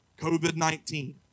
COVID-19